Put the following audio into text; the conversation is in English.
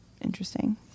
Interesting